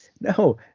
no